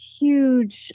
huge